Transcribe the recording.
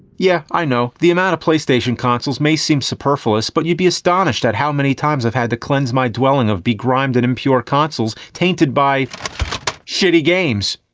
yeah, i know. the amount of playstation consoles may seem superfluous, but you'd be astonished at how many times i've had to cleanse my dwelling of begrimed and impure consoles tainted by shitty games.